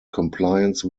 compliance